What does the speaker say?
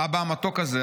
האבא המתוק הזה,